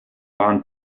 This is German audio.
waren